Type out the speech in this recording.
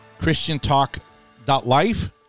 christiantalk.life